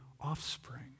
offspring